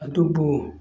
ꯑꯗꯨꯕꯨ